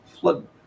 flood